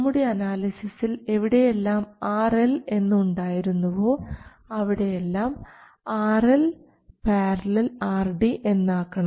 നമ്മുടെ അനാലിസിസിൽ എവിടെയെല്ലാം RL എന്ന് ഉണ്ടായിരുന്നുവോ അവിടെ എല്ലാം RL || RD എന്നു മാറ്റണം